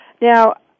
Now